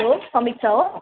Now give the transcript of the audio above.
हलो समीक्षा हो